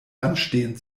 anstehen